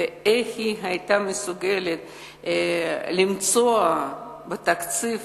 ואיך היא היתה מסוגלת למצוא בתקציב